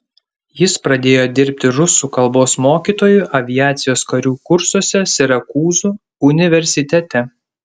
jis pradėjo dirbti rusų kalbos mokytoju aviacijos karių kursuose sirakūzų universitete